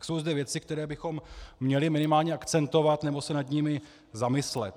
Jsou zde věci, které bychom měli minimálně akcentovat nebo se nad nimi zamyslet.